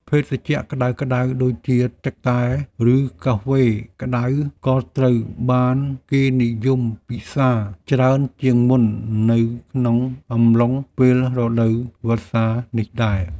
ភេសជ្ជៈក្ដៅៗដូចជាទឹកតែ ឬកាហ្វេក្ដៅ ក៏ត្រូវបានគេនិយមពិសារច្រើនជាងមុននៅក្នុងអំឡុងពេលរដូវវស្សានេះដែរ។